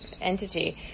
entity